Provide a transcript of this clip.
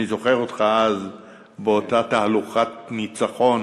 אני זוכר אותך אז באותה תהלוכת ניצחון,